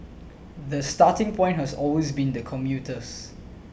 the starting point has always been the commuters